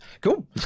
Cool